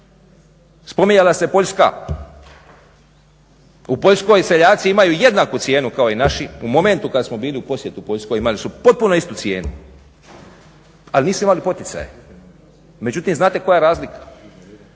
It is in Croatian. Spominjala se Poljska, u Poljskoj seljaci imaju jednaku cijenu kao i naši u momentu kad smo bili u posjetu Poljskoj, imali su istu cijenu ali nisu imali poticaj. Međutim znate koja je razlika?